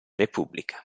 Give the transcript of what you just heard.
repubblica